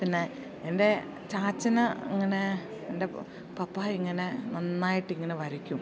പിന്നെ എൻ്റെ ചാച്ചന് അങ്ങനെ എൻ്റെ പപ്പ ഇങ്ങനെ നന്നായിട്ടിങ്ങനെ വരയ്ക്കും